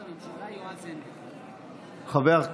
תמר זנדברג,